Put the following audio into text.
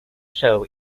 show